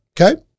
Okay